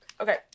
Okay